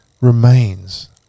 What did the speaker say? remains